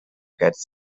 gets